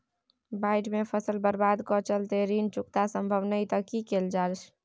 बाढि में फसल बर्बाद के चलते ऋण चुकता सम्भव नय त की कैल जा?